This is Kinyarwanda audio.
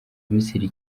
misiri